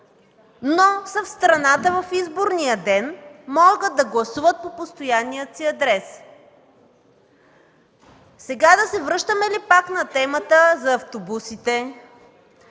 но са в страната в изборния ден и могат да гласуват по постоянния си адрес. Сега да се връщаме ли пак на темата за автобусите,